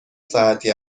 ساعتی